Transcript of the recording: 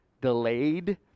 delayed